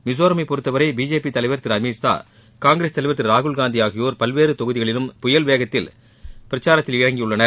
மிசோரமை பொறுத்தவரை பிஜேபி தலைவர் திரு அமித் ஷா காங்கிரஸ் தலைவர் திரு ராகுல்காந்தி ஆகியோர் பல்வேறு தொகுதிகளிலும் புயல்வேகத்தில் பிரச்சாரத்தில் இறங்கியுள்ளனர்